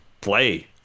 play